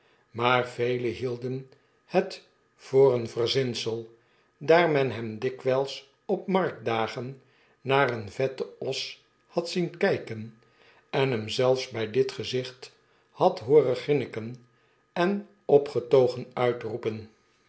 maar velen hielden het voor eenverzinsel daar men hemdikwijlsopmarktdagennaar een vetten os had zien kpen en hem zelfs bij dit gezicht had hooren grinniken en op getogen uitroepen